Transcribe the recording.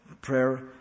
prayer